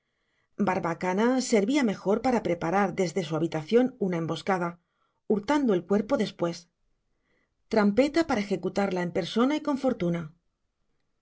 barbacana servía mejor para preparar desde su habitación una emboscada hurtando el cuerpo después trampeta para ejecutarla en persona y con fortuna